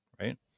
right